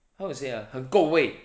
how to say ah 很够味